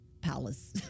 palace